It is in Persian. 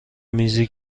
میزی